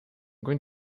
going